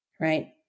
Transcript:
right